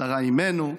שרה אימנו,